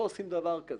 לא עושים דבר כזה,